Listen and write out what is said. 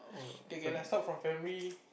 okay okay lah start from primary